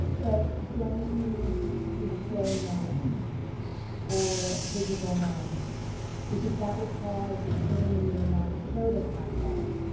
but don't use display none or visible none because that will cause the screenreader not to show the content.